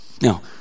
Now